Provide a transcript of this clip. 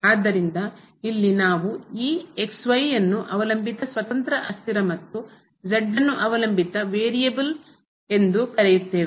ಆದ್ದರಿಂದ ಇಲ್ಲಿ ನಾವು ಈ ಅನ್ನು ಅವಲಂಬಿತ ಸ್ವತಂತ್ರ ಅಸ್ಥಿರ ಮತ್ತು ಅನ್ನು ಅವಲಂಬಿತ ವೇರಿಯಬಲ್ ಎಂದು ಕರೆಯುತ್ತೇವೆ